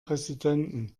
präsidenten